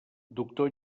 doctor